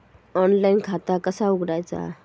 Online खाता कसा उघडायचा?